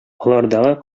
алардагы